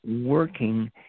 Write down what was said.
working